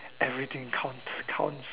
everything count count